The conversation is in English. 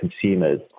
consumers